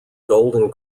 golden